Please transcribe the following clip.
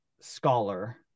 scholar